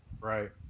Right